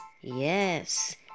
Yes